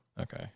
Okay